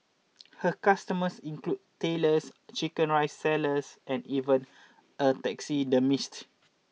her customers include tailors chicken rice sellers and even a taxidermist